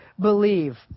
believe